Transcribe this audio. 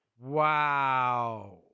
Wow